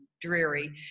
dreary